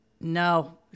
No